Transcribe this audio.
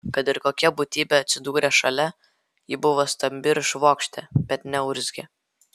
kad ir kokia būtybė atsidūrė šalia ji buvo stambi ir švokštė bet neurzgė